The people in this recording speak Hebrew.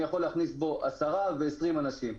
אני יכול להכניס בו עשרה ועשרים אנשים.